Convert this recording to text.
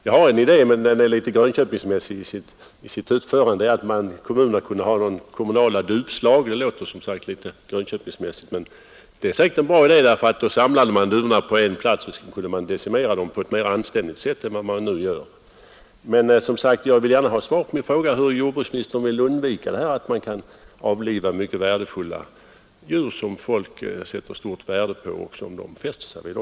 Jag har en idé — den är kanske litet Grönköpingsmässig i sitt utförande — nämligen att man kunde ha något slags kommunala duvslag. Det låter som sagt litet Grönköpingsmässigt, men idén är säkerligen bra, ty då samlade man duvorna på en plats och kunde decimera dem på ett mera anständigt sätt än man nu gör. Men jag vill som sagt gärna ha svar på min fråga hur jordbruksministern vill försöka undvika denna möjlighet att man råkar avliva mycket värdefulla djur, som ägarna sätter stort värde på och även har fäst sig vid.